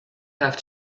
have